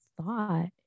thought